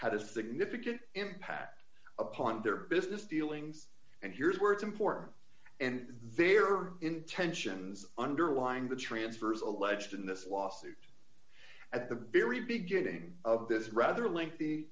had a significant impact upon their business dealings and here's where it's important and there are intentions underlying the transfers alleged in this lawsuit at the very beginning of this rather lengthy